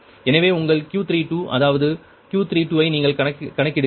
எனவே உங்கள் Q32 அதாவது Q32 ஐ நீங்கள் கணக்கிடுங்கள்